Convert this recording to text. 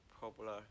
popular